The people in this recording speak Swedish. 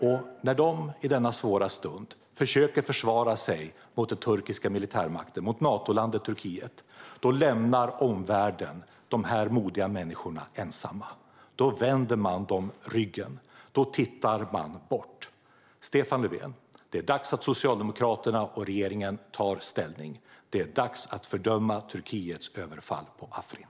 Och när dessa modiga människor i denna svåra stund försöker försvara sig mot den turkiska militärmakten och mot Natolandet Turkiet lämnar omvärlden dem ensamma. Då vänder man dem ryggen. Då tittar man bort. Stefan Löfven! Det är dags för Socialdemokraterna och regeringen att ta ställning. Det är dags att fördöma Turkiets överfall på Afrin.